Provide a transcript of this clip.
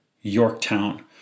Yorktown